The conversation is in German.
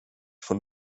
von